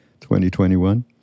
2021